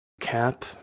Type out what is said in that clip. Cap